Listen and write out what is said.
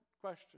question